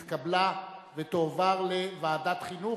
נתקבלה ותועבר לוועדת חינוך.